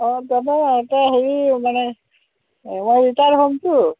অঁ যাব এতিয়া হেৰি মানে মই ৰিটায়াৰ হ'মতো